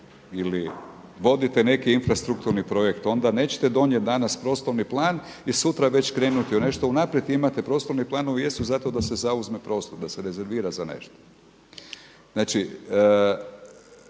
vodite neki infrastrukturni projekt onda nećete donijeti prostorni plan i sutra već krenuti u nešto unaprijed … imate prostorni planovi jesu za to da se zauzme prostor da se rezervira za nešto. Znači